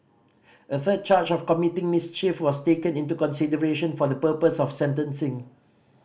a third charge of committing mischief was taken into consideration for the purpose of sentencing